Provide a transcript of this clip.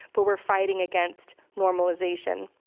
but we're fighting against normalization.